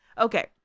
Okay